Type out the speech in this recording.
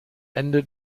ende